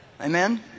Amen